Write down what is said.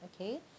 okay